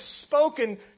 spoken